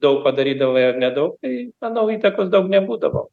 daug padarydavai ar nedaug tai manau įtakos daug nebūdavo